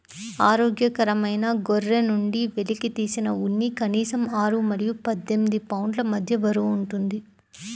ఆరోగ్యకరమైన గొర్రె నుండి వెలికితీసిన ఉన్ని కనీసం ఆరు మరియు పద్దెనిమిది పౌండ్ల మధ్య బరువు ఉంటుంది